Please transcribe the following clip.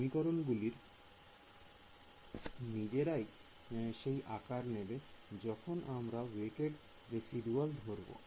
সমীকরণ গুলি নিজেরাই সেই আকার নেবে যখন আমরা ওয়েটেড রেসিদুয়াল ধরবো